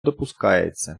допускається